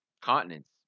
continents